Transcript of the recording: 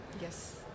Yes